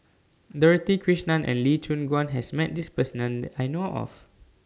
Dorothy Krishnan and Lee Choon Guan has Met This Person that I know of